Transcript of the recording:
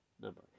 number